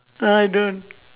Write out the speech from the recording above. uh don't